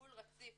טיפול רציף